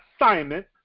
assignment